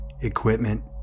equipment